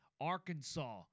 Arkansas